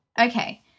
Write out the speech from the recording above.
Okay